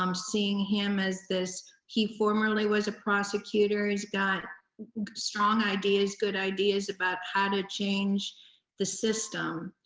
um seeing him as this, he formerly was a prosecutor. he's got strong ideas, good ideas about how to change the system.